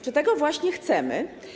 Czy tego właśnie chcemy?